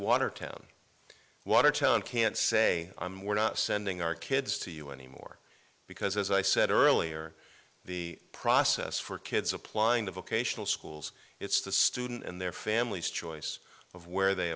watertown watertown can't say i'm we're not sending our kids to you anymore because as i said earlier the process for kids applying to vocational schools it's the student and their families choice of where they